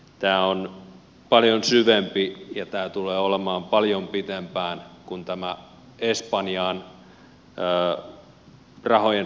tämä on paljon syvempi ja tämä tulee olemaan paljon pidempään kun tämä espanjan rahojen raijaaminen loppuu